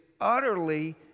utterly